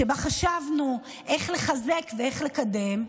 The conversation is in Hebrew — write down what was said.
שבה חשבנו איך לחזק ואיך לקדם.